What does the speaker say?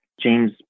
James